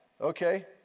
okay